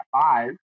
five